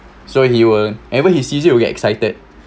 so he will ever he sees you will get excited